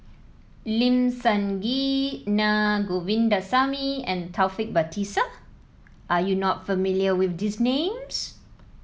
Lim Sun Gee Naa Govindasamy and Taufik Batisah You are not familiar with these names